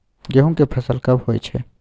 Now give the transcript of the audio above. गेहूं के फसल कब होय छै?